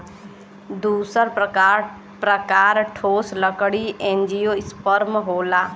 दूसर प्रकार ठोस लकड़ी एंजियोस्पर्म होला